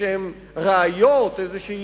ראיות כלשהן,